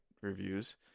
reviews